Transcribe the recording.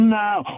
now